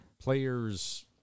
player's